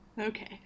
okay